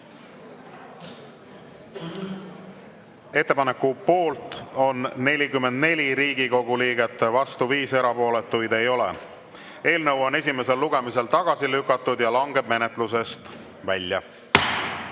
Ettepaneku poolt on 44 Riigikogu liiget, vastu 5, erapooletuid ei ole. Eelnõu on esimesel lugemisel tagasi lükatud ja langeb menetlusest välja. Head